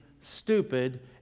stupid